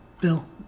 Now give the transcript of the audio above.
Bill